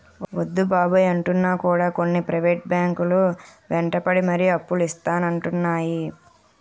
వద్దు బాబోయ్ అంటున్నా కూడా కొన్ని ప్రైవేట్ బ్యాంకు లు వెంటపడి మరీ అప్పులు ఇత్తానంటున్నాయి